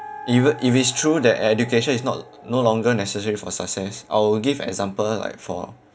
if if it's true that education is not no longer necessary for success I'll give example like for